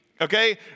Okay